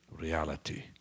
reality